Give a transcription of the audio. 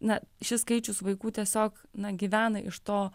na šis skaičius vaikų tiesiog na gyvena iš to